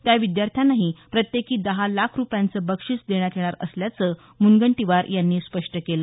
त्या विद्यार्थ्यांनाही प्रत्येकी दहा लाख रूपयाचं बक्षीस देण्यात येणार असल्याचं मुनगंटीवार यांनी स्पष्ट केलं